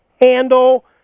handle